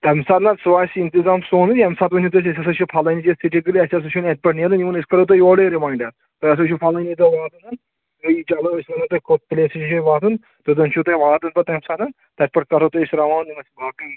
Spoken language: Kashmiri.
تمہِ ساتہٕ نہ سُہ آسہِ اِنتِظام سونُے ییٚمہِ ساتہٕ ؤنِو تُہۍ أسۍ ہسا چھِ فَلٲنی یَتھ سِٹی گلی اَسہِ ہَسا چھُنہٕ اَتہِ پٮ۪ٹھ نیرُن یِوان أسۍ کَرو تۄہہِ یورے رِمایِنٛڈر تُہۍ ہَسا چھُو فَلٲنی دۄہ واتُن چلو أسۍ وَنو تۄہہِ کوٚت پٕلیسٕے چھُ واتُن تُہۍ چھُو تۄہہِ واتُن پَتہٕ تَمہِ ساتَن تَتہِ پٮ۪ٹھ کَرو تۄہہِ أسۍ رَوانہٕ یِم اَسہِ باقٕے